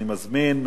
אני מזמין,